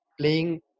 playing